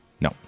no